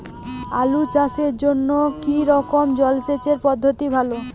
আলু চাষের জন্য কী রকম জলসেচ পদ্ধতি ভালো?